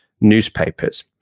newspapers